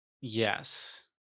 yes